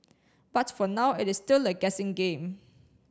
but for now it is still a guessing game